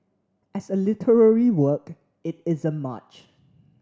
as a literary work it isn't much